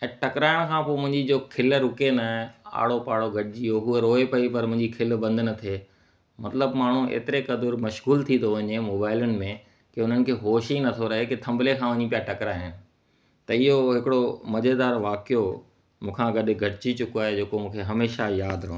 ऐं टकराइण खां पोइ मुंहिंजी जो खिल रुके न आड़ो पाड़ो गॾिजी वियो रोए पई पर मुंहिंजी खिल बंदि न थे मतिलब माण्हू एतिरे क़दुरु मश्ग़ूल थी थो वञे मोबाइलनि में की उन्हनि खे होश ई नथो रहे कि थंबले खां वञी पिया टकराइनि त इहो हिकिड़ो मज़ेदारु वाक़ियो मूं खां गॾु गॾिजी जेको आहे जेको मूंखे हमेशा यादि रहंदो आहे